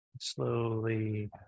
slowly